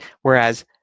Whereas